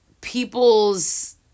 people's